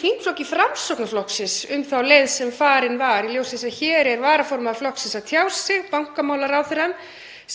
þingflokki Framsóknarflokksins um þá leið sem farin var í ljósi þess að hér er varaformaður flokksins að tjá sig, bankamálaráðherrann,